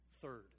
Third